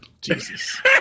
Jesus